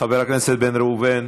חבר הכנסת בן ראובן,